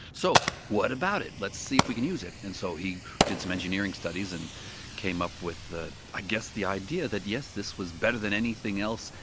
so what about it? let's see if we can use it. and so he did some engineering studies and came up with i guess the idea that yes, this was better than anything else,